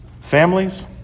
families